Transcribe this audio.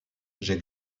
j’ai